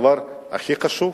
הוא הדבר הכי חשוב.